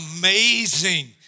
amazing